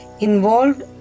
involved